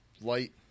light